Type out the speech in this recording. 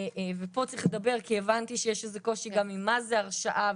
ופה צריך לדבר כי הבנתי שיש איזה קושי עם מה זה הרשעה,